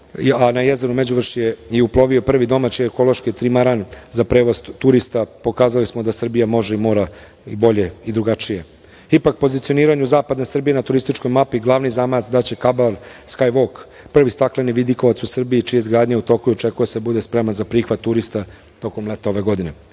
a na jezeru Međuvršje je uplovio prvi domaći ekološki trimaran za prevoz turista, pokazali smo da Srbija može i mora i bolje i drugačije. Ipak, pozicioniranju zapadne Srbije na turističkoj mapi glavni zamajac daće „Kablar skywalk“, prvi stakleni vidikovac u Srbiji čija izgradnja je u toku i očekuje se da bude spremna za prihvat turista tokom leta ove godine. Na